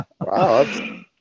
Wow